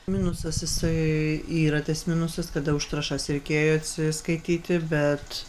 minusas jisai yra tas minusas kada už trąšas reikėjo atsiskaityti bet